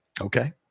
Okay